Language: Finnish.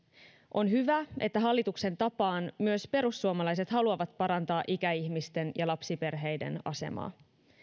on hyvä että hallituksen tapaan myös perussuomalaiset haluavat parantaa ikäihmisten ja lapsiperheiden asemaa